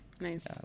Nice